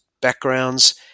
backgrounds